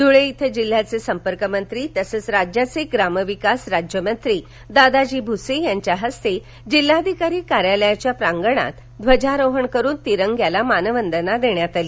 धुळे इथं जिल्ह्याचे संपर्कमंत्री तसंच राज्याचे ग्रामविकास राज्यमंत्री दादाजी भूसे यांच्या हस्ते जिल्हाधिकारी कार्यालयाच्या प्रागंणात ध्वजारोहण करुन तिरंग्याला मानवंदना देण्यात आली